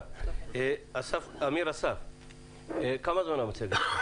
אמיר אסרף, כמה זמן המצגת?